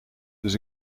dus